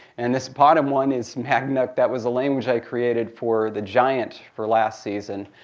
and this bottom one is mag nuk. that was a language i created for the giant for last season.